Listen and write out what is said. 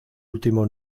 último